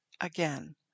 again